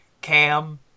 Cam